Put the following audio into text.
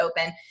open